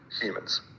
humans